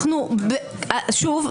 שוב,